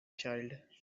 child